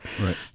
Right